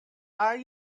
are